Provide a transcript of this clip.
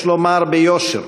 יש לומר ביושר: